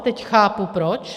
Teď chápu proč.